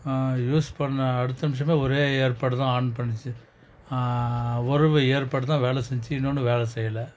use பண்ணின அடுத்த நிமிஷம் ஒரே ஏர்பேட் தான் ஆன் பண்ணுச்சி ஒரே ஒரு ஏர்பேட் தான் வேலை செஞ்சிச்சு இன்னொன்னு வேலை செய்யலை